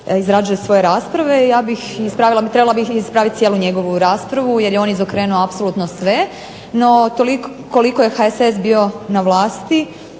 izrađuje svoje rasprave. Trebala bih ispravit cijelu njegovu raspravu jer je on izokrenuo apsolutno sve, no koliko je HSS bio na vlasti